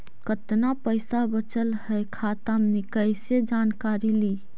कतना पैसा बचल है खाता मे कैसे जानकारी ली?